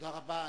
תודה רבה.